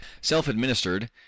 self-administered